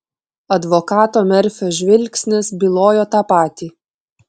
advokato merfio žvilgsnis bylojo tą patį